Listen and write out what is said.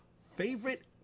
Favorite